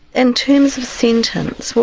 in terms of sentence,